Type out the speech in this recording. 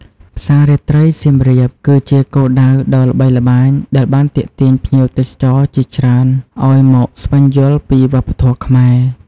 ផ្សាររាត្រីសៀមរាប គឺជាគោលដៅដ៏ល្បីល្បាញ ដែលបានទាក់ទាញភ្ញៀវទេសចរជាច្រើនឱ្យមកស្វែងយល់ពីវប្បធម៌ខ្មែរ។